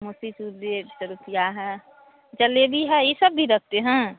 मोतीचूर भी एक सौ रुपया है ज़लेबी है यह सब भी रखते हैं